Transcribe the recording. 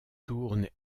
tourne